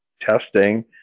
testing